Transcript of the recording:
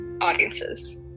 audiences